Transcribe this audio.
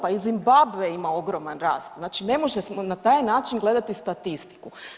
Pa i Zimbabve ima ogroman rast, znači ne možemo na taj način gledati statistiku.